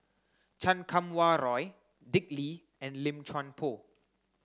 Chan Kum Wah Roy Dick Lee and Lim Chuan Poh